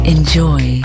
Enjoy